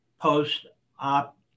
post-op